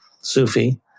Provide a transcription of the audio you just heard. Sufi